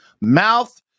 mouth